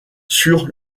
sur